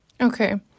okay